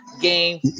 game